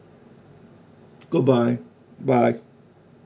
goodbye bye